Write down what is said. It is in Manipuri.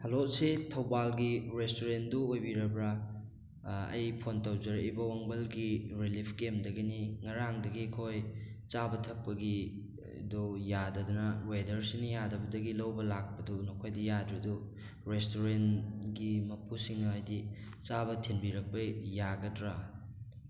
ꯍꯜꯂꯣ ꯁꯤ ꯊꯧꯕꯥꯜꯒꯤ ꯔꯦꯁꯇ꯭ꯔꯨꯔꯦꯟꯗꯨ ꯑꯣꯏꯕꯤꯔꯕ꯭ꯔꯥ ꯑꯩ ꯐꯣꯟ ꯇꯧꯖꯔꯛꯏꯕ ꯋꯥꯡꯕꯜꯒꯤ ꯔꯤꯂꯤꯞ ꯀꯦꯝꯗꯒꯤꯅꯤ ꯉꯔꯥꯡꯗꯒꯤ ꯑꯩꯈꯣꯏ ꯆꯥꯕ ꯊꯛꯄꯒꯤꯗꯣ ꯌꯥꯗꯗꯅ ꯋꯦꯗꯔꯁꯤꯅ ꯌꯥꯗꯕꯗꯒꯤ ꯂꯧꯕ ꯂꯥꯛꯄꯗꯨ ꯅꯈꯣꯏꯗ ꯌꯥꯗ꯭ꯔꯦ ꯑꯗꯨ ꯔꯦꯁꯇ꯭ꯔꯨꯔꯦꯟꯒꯤ ꯃꯄꯨꯁꯤꯡ ꯍꯥꯏꯗꯤ ꯆꯥꯕ ꯊꯤꯟꯕꯤꯔꯛꯄ ꯌꯥꯒꯗ꯭ꯔꯥ